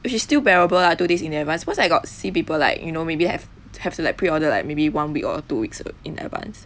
which is still bearable ah two days in advance cause I got see people like you know maybe have have to like preorder like maybe one week or two weeks in advance